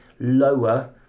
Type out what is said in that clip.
lower